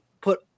put